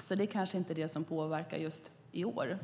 så det är kanske inte det som är avgörande just i år.